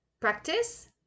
Practice